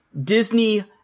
Disney